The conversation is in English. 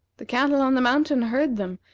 the cattle on the mountain heard them,